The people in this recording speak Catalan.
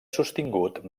sostingut